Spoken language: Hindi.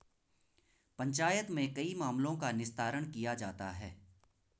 पंचायत में कई मामलों का निस्तारण किया जाता हैं